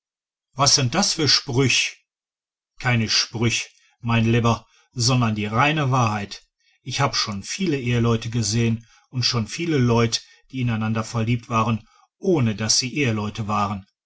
was sind das für sprüch keine sprüch mein lieber sondern die reine wahrheit ich hab schon viele eheleute gesehen und schon viele leut die ineinander verliebt waren ohne daß sie eheleute waren